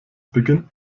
beginnt